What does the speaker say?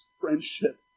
friendship